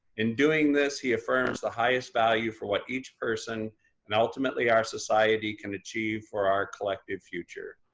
in doing this, he affirms the highest value for what each person and ultimately our society can achieve for our collective future.